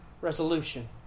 resolution